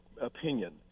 opinion